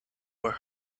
were